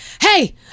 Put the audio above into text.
Hey